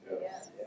Yes